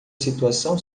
situação